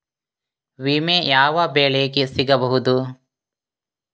ವಿಮೆ ಯಾವ ಬೆಳೆಗೆ ಸಿಗಬಹುದು?